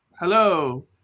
hello